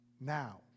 now